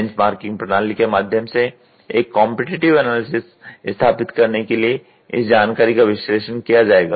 benchmarking प्रणाली के माध्यम से एक कॉम्पिटिटिव एनालिसिस स्थापित करने के लिए इस जानकारी का विश्लेषण किया जाएगा